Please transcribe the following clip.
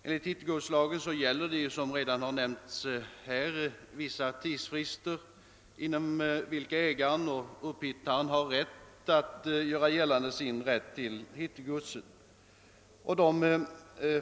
Enligt hittegodslagen gäller, som redan nämnts, vissa tidsfrister inom vilka ägaren eller upphittaren kan göra sin rätt till hittegodset gällande.